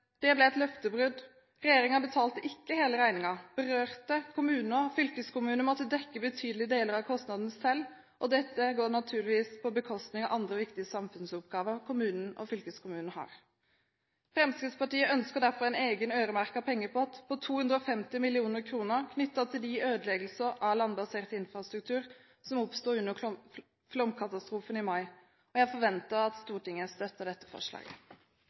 Det ble et løftebrudd. Regjeringen betalte ikke hele regningen. Berørte kommuner og fylkeskommuner måtte dekke betydelige deler av kostnadene selv, og dette går naturligvis på bekostning av andre viktige samfunnsoppgaver kommunen og fylkeskommunen har. Fremskrittspartiet ønsker derfor en egen øremerket pengepott på 250 mill. kr knyttet til de ødeleggelser av landbasert infrastruktur som oppsto under flomkatastrofen i mai. Jeg forventer at Stortinget støtter dette forslaget.